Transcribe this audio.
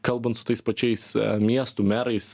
kalbant su tais pačiais miestų merais